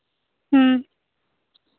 ᱦᱮᱸ